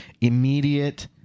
immediate